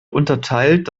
unterteilt